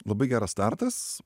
labai geras startas